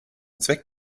zweck